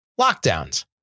lockdowns